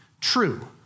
true